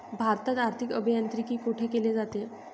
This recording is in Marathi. भारतात आर्थिक अभियांत्रिकी कोठे केले जाते?